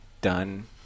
Done